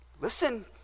listen